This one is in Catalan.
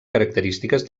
característiques